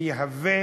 ושזה יהווה